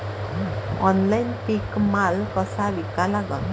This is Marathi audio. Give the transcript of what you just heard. ऑनलाईन पीक माल कसा विका लागन?